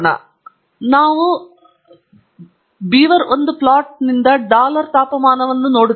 ಆದ್ದರಿಂದ ನಾವು ಪ್ಲಾಟ್ ಬೀವರ್ 1 ಡಾಲರ್ ತಾಪಮಾನವನ್ನು ಹೇಳುತ್ತೇವೆ